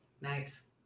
Nice